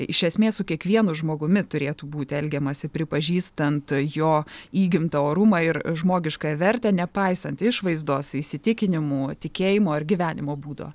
iš esmės su kiekvienu žmogumi turėtų būti elgiamasi pripažįstant jo įgimtą orumą ir žmogiškąją vertę nepaisant išvaizdos įsitikinimų tikėjimo ar gyvenimo būdo